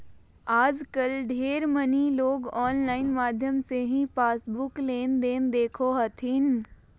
आजकल ढेर मनी लोग आनलाइन माध्यम से ही पासबुक लेनदेन देखो हथिन